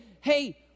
hey